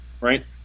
right